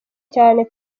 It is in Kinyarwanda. cyane